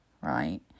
right